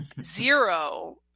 zero